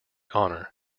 honor